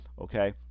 okay